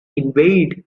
invade